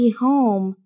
home